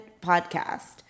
podcast